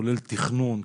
כולל תכנון,